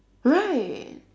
right